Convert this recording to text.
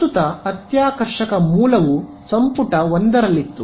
ಪ್ರಸ್ತುತ ಅತ್ಯಾಕರ್ಷಕ ಮೂಲವು ಸಂಪುಟ 1 ರಲ್ಲಿತ್ತು